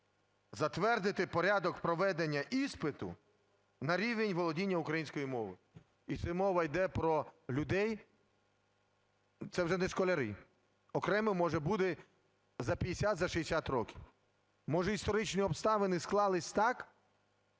"затвердити Порядок проведення іспиту на рівень володіння української мовою;". І це мова йде про людей, це вже не школярі. Окремим може буде за 50, за 60 років. Може, історичні обставини склались так,